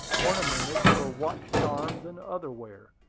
ornamented, for watch-charms and other wear.